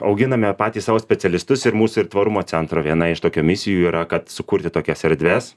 auginame patys savo specialistus ir mūsų ir tvarumo centro viena iš tokių misijų yra kad sukurti tokias erdves